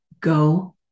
Go